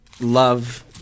love